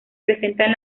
presentan